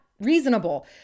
reasonable